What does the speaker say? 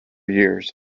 years